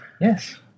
Yes